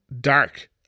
dark